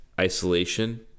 isolation